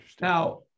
now